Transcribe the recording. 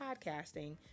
podcasting